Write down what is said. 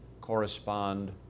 correspond